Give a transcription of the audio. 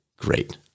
great